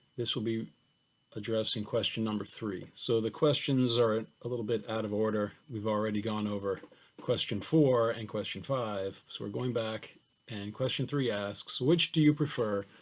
this will be addressing question number three, so the questions are a little bit out of order, we've already gone over question four and question five, so we're going back and question the asks which do you prefer,